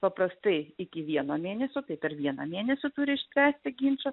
paprastai iki vieno mėnesio tai per vieną mėnesį turi išspręsti ginčą